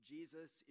Jesus